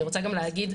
אני רוצה גם להגיד,